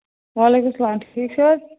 وعلیکُم سَلام ٹھیٖک چھِو حظ